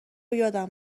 یادم